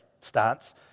Stance